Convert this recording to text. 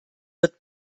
wird